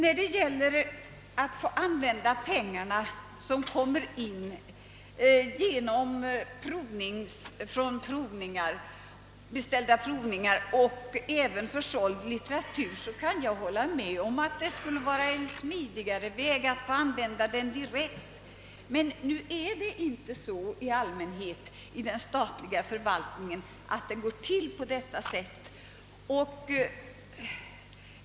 Beträffande de pengar som kommer in i form av avgifter för beställda provningar och genom försäljning av litteratur kan jag hålla med om att det skulle vara smidigare att få använda dem direkt, men inom den statliga förvaltningen går det i allmänhet inte till på det sättet.